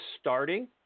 starting